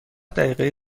دقیقه